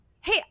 Hey